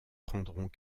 prendront